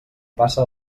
passa